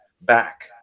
back